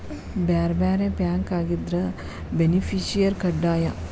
ಬ್ಯಾರೆ ಬ್ಯಾರೆ ಬ್ಯಾಂಕ್ ಆಗಿದ್ರ ಬೆನಿಫಿಸಿಯರ ಕಡ್ಡಾಯ